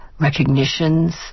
recognitions